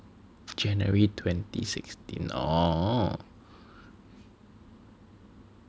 January twenty sixteen orh